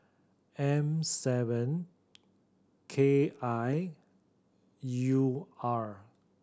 M seven K I U R